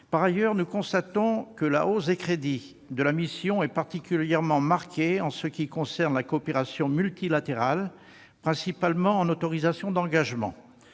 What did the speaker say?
Par ailleurs, nous constatons que l'augmentation des crédits de la mission est particulièrement marquée en ce qui concerne la coopération multilatérale, principalement en autorisations d'engagement.